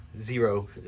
Zero